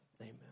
Amen